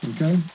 Okay